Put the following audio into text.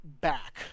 back